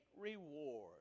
reward